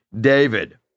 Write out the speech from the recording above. David